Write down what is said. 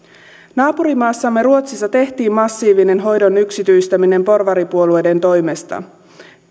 naapurimaassamme ruotsissa tehtiin massiivinen hoidon yksityistäminen porvaripuolueiden toimesta